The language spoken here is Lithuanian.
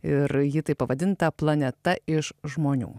ir ji taip pavadinta planeta iš žmonių